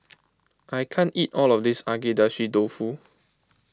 I can't eat all of this Agedashi Dofu